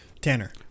Tanner